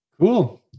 Cool